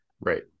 right